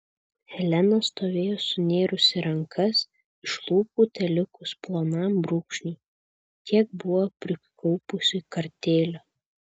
helena stovėjo sunėrusi rankas iš lūpų telikus plonam brūkšniui tiek buvo prikaupusi kartėlio